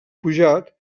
pujat